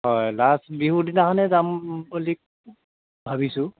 হয় লাষ্ট বিহুৰ দিনাখনেই যাম বুলি ভাবিছোঁ